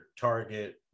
target